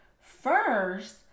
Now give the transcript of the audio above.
first